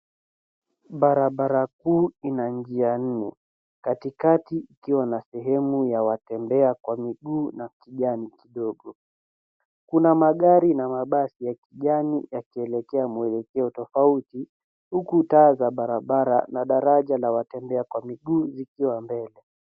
Barabara kuu ina njia nne, katikati ikiwa na sehemu ya watembea kwa miguu na kijani kidogo. Kuna magari na mabasi ya kijani yakielekea mwelekeo tofauti huku taa za barabara na daraja la watembea kwa miguu zikiwa mbele.